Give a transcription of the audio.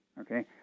Okay